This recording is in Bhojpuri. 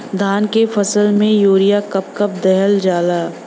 धान के फसल में यूरिया कब कब दहल जाला?